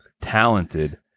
talented